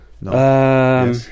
no